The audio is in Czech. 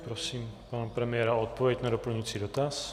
Prosím pana premiéra o odpověď na doplňující dotaz.